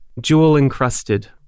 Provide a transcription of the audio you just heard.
jewel-encrusted